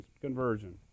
conversion